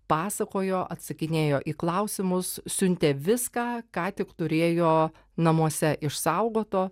pasakojo atsakinėjo į klausimus siuntė viską ką tik turėjo namuose išsaugoto